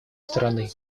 стороны